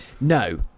no